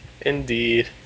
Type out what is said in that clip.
Indeed